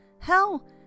Hell